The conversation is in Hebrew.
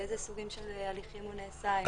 באיזה סוגים של הליכים הוא נעשה?